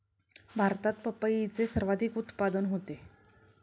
भारतात पपईचे सर्वाधिक उत्पादन होते